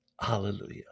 Hallelujah